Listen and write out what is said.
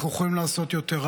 אנחנו יכולים לעשות יותר.